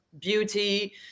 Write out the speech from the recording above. beauty